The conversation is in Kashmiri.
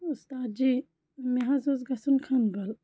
اُستاد جی مےٚ حظ اوس گژھُن کھَنہٕ بَل